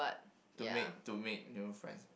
to make to make new friends